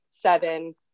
Seven